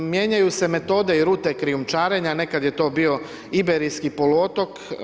Mijenjaju se metode i rute krijumčarenja, nekad je to bio Iberijski poluotoko.